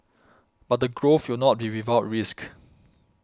but the growth will not be without risk